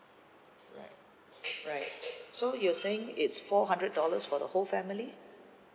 right right so you're saying it's four hundred dollars for the whole family